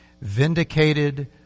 Vindicated